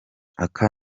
aka